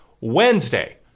Wednesday